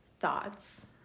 thoughts